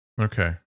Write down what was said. okay